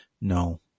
no